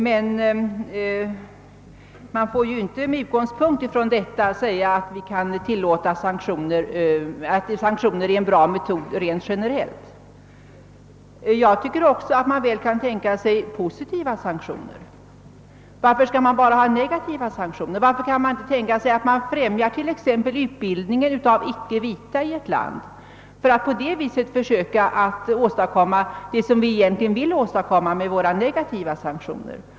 Men man får ju inte med utgångspunkt från detta säga att sanktioner är en bra metod rent generellt. Jag tycker också att man väl kan tänka sig positiva sanktioner. Varför skall man bara ha negativa sanktioner? Varför kan man inte tänka sig att främja t.ex. utbildningen av icke vita i ett land för att på det viset försöka åstadkomma det som vi egentligen vill åstadkomma med våra negativa sanktioner?